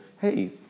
hey